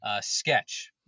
Sketch